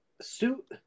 suit